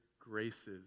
graces